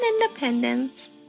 independence